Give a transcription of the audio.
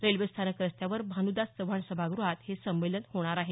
railway स्थानक रस्त्यावर भानुदास चव्हाण सभागृहात हे संमेलन होणार आहे